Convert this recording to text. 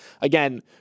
again